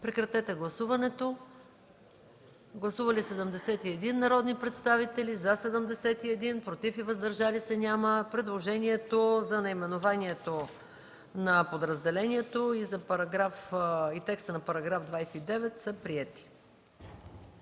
Христо Бисеров. Гласували 71 народни представители: за 71, против и въздържали се няма. Предложенията за наименованието на подразделението и текста на § 29 са приети.